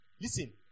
Listen